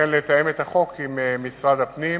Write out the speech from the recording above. וכן לתאם את החוק עם משרד הפנים